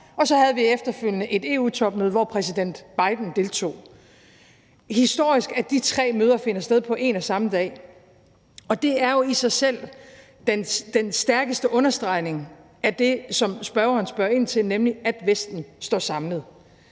partnere, og efterfølgende et EU-topmøde, hvor præsident Biden deltog. Det er historisk, at de tre møder finder sted på en og samme dag. Og det er jo i sig selv den stærkeste understregning af det, spørgeren spørger ind til, nemlig at Vesten står samlet.